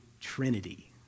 Trinity